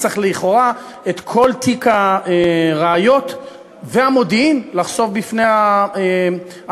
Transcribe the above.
צריך לכאורה את כל תיק הראיות והמודיעין לחשוף בפני הנאשם.